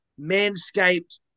Manscaped